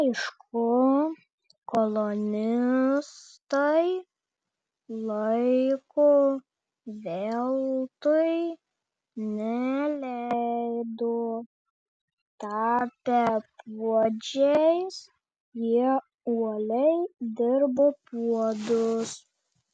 aišku kolonistai laiko veltui neleido tapę puodžiais jie uoliai dirbo puodus